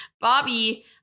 Bobby